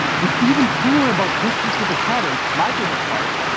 what's even cooler about this specific pattern, my favorite part,